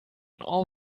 all